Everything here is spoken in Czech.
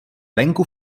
venku